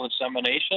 insemination